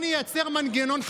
תתנצל.